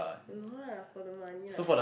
I don't know ah for the money lah